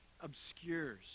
obscures